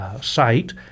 site